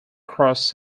cross